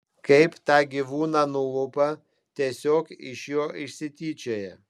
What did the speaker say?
kaip tą gyvūną nulupa tiesiog iš jo išsityčioja